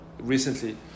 recently